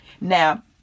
Now